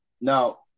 Now